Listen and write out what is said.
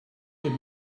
give